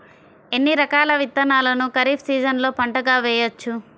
ఎన్ని రకాల విత్తనాలను ఖరీఫ్ సీజన్లో పంటగా వేయచ్చు?